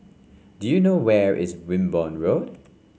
do you know where is Wimborne Road